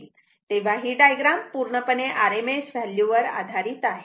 तेव्हा ही डायग्राम पूर्णपणे RMS व्हॅल्यू वर आधारित आहे